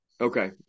Okay